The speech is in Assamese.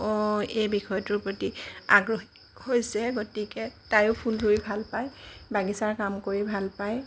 এই বিষয়টোৰ প্ৰতি আগ্ৰহী হৈছে গতিকে তাইও ফুল ৰুই ভাল পায় বাগিছাৰ কাম কৰি ভাল পায়